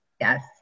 Yes